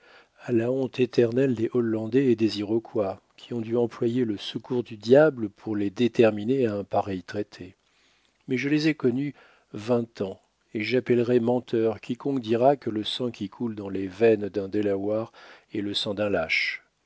à la honte éternelle des hollandais et des iroquois qui ont dû employer le secours du diable pour les déterminer à un pareil traité mais je les ai connus vingt ans et j'appellerai menteur quiconque dira que le sang qui coule dans les veines d'un delaware est le sang d'un lâche